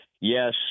Yes